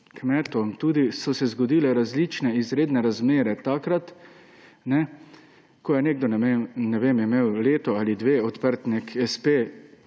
kmetom so se zgodile različne izredne razmere takrat, ko je nekdo, ne vem, imel leto ali dve odprt nek